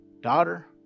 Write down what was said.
daughter